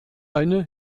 eine